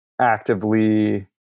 actively